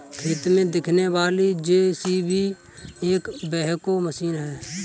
खेत में दिखने वाली जे.सी.बी एक बैकहो मशीन है